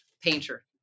painter